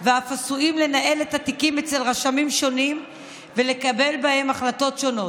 ואף עשויים לנהל את התיקים אצל רשמים שונים ולקבל בהם החלטות שונות.